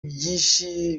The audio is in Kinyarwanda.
byinshi